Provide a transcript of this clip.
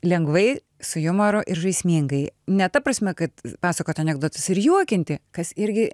lengvai su jumoru ir žaismingai ne ta prasme kad pasakot anekdotus ir juokinti kas irgi